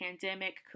pandemic